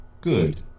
good